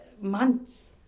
months